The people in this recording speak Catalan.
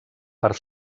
part